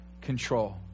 control